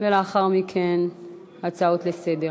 ולאחר מכן הצעות לסדר.